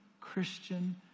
Christian